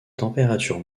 température